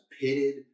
pitted